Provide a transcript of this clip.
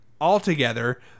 altogether